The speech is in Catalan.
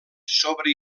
sobre